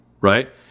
right